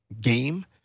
game